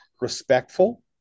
respectful